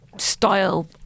style